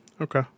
Okay